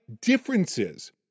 differences